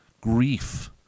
grief